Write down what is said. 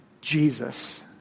Jesus